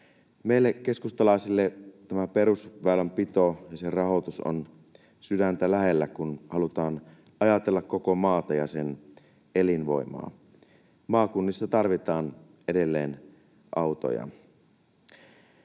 Meille keskustalaisille perusväylänpito ja sen rahoitus ovat sydäntä lähellä, kun halutaan ajatella koko maata ja sen elinvoimaa. Maakunnissa tarvitaan edelleen autoja.